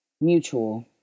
mutual